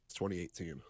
2018